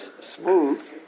smooth